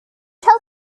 tell